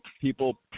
people